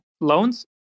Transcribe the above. loans